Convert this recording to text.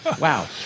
Wow